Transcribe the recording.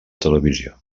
televisió